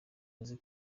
azi